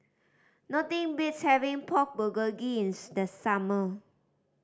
nothing beats having Pork Bulgogi in the summer